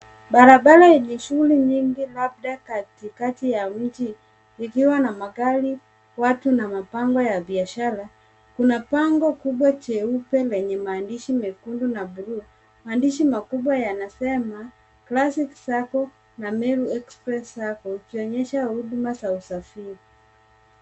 Barabara yenye shuguli nyingi labda katikati ya mji ikiwa na magari, watu na mabango ya biashara, kuna bango kubwa jeupe lenye maandishi mekundu na buluu. Maandishi makubwa yanasema Classic sacco na Meru Express Shuttle ikionyesha huduma za usafiri.